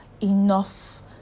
enough